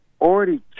already